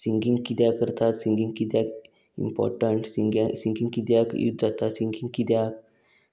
singing किद्या करतात singing किद्या इम्पोर्टंट सिंगी सिंगींग किद्या यूज जाता सिंगींग कित्या